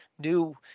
New